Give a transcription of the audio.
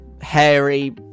hairy